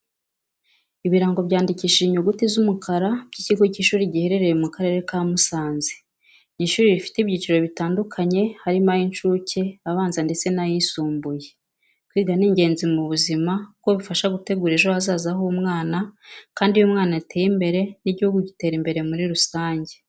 Ibirango byandikishije inyuguti z'umukara by'ikigo cy'ishuri giherereye mu karere ka Musanze. Ni ishuri rifite ibyiciro bitandukanye harimo ay'incuke, abanza ndetse n'ayisumbuye. Kwiga ni ingenzi mu buzima kuko bifasha gutegura ejo hazaza h'umwana kandi iyo umwana ateye imbere n'igihugu gitera imbere muri rusange.